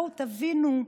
בואו תבינו.